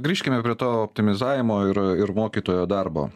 grįžkime prie to optimizavimo ir ir mokytojo darbo